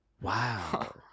Wow